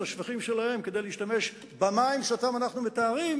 השפכים שלכם כדי להשתמש במים שאותם אנחנו מטהרים